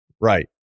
Right